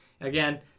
Again